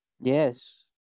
yes